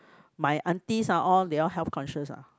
my aunties are all they all health conscious ah